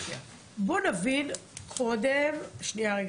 בואו נבין קודם כל